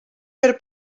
per